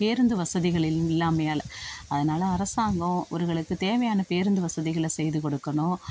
பேருந்து வசதிகள் இல்லாமையால் அதனால் அரசாங்கம் இவர்களுக்கு தேவையான பேருந்து வசதிகளை செய்து கொடுக்கணும்